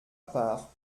part